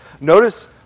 Notice